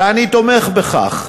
ואני תומך בכך.